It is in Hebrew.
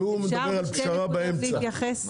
והוא מדבר על פשרה באמצע.